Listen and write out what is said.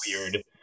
weird